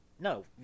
No